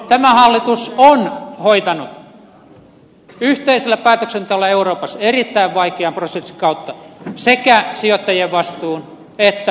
tämä hallitus on hoitanut yhteisellä päätöksenteolla euroopassa erittäin vaikean prosessin kautta sekä sijoittajien vastuun että vakuudet